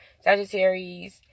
Sagittarius